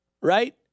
Right